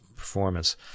performance